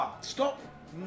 Stop